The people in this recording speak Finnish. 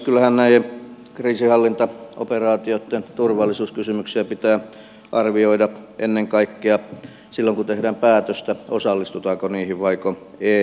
kyllähän näiden kriisinhallintaoperaatioitten turvallisuuskysymyksiä pitää arvioida ennen kaikkea silloin kun tehdään päätöstä osallistutaanko niihin vaiko ei